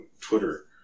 Twitter